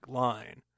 line